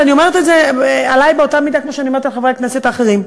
ואני אומרת את זה עלי באותה מידה שאני אומרת על חברי הכנסת האחרים.